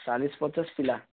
ଚାଲିଶ ପଚାଶ ପିଲା